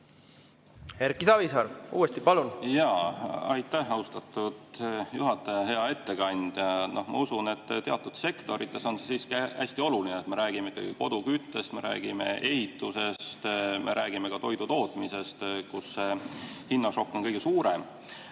Erki Savisaar uuesti, palun! Aitäh, austatud juhataja! Hea ettekandja! Ma usun, et teatud sektorites on siiski hästi oluline, et me räägime ikkagi kodu küttest, me räägime ehitusest, me räägime toidu tootmisest, kus hinnašokk on kõige suurem.